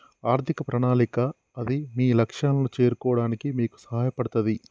ఆర్థిక ప్రణాళిక అది మీ లక్ష్యాలను చేరుకోవడానికి మీకు సహాయపడతది